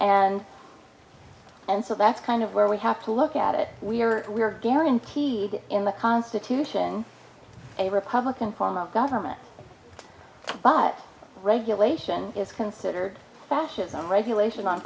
and and so that's kind of where we have to look at it we are we are guaranteed in the constitution a republican form of government but regulation is considered fascism regulation on